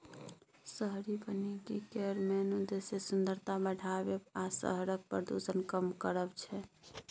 शहरी बनिकी केर मेन उद्देश्य सुंदरता बढ़ाएब आ शहरक प्रदुषण कम करब छै